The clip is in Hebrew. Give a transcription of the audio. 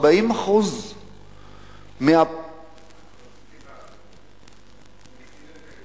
40% נקטין את הילודה?